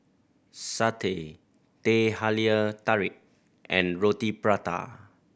satay Teh Halia Tarik and Roti Prata